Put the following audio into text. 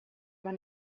man